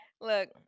Look